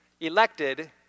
elected